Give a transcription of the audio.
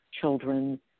children